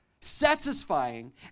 satisfying